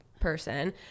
person